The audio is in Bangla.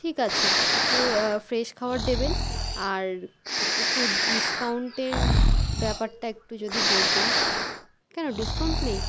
ঠিক আছে একটু ফ্রেশ খাওয়ার দেবেন আর একটু ডিসকাউন্টের ব্যাপারটা একটু যদি বলতেন কেন ডিসকাউন্ট নেই